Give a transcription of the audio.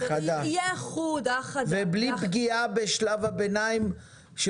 תהיה האחדה ובלי פגיעה בשלב הביניים של